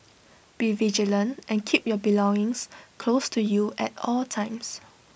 be vigilant and keep your belongings close to you at all times